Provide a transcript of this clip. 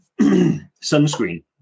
sunscreen